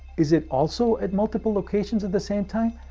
is it also at multiple locations at the same time?